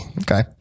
Okay